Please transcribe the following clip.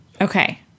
Okay